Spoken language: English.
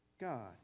God